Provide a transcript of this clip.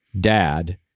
dad